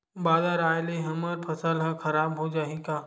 बादर आय ले हमर फसल ह खराब हो जाहि का?